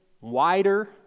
wider